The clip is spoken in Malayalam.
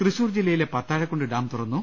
തൃശൂർ ജില്ലയിലെ പത്താഴക്കുണ്ട് ഡാം തുറന്നു